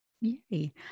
Yay